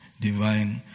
divine